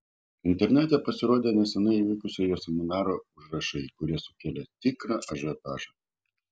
internete pasirodė neseniai įvykusio jo seminaro užrašai kurie sukėlė tikrą ažiotažą